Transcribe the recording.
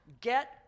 get